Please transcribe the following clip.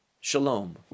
Shalom